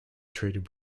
treated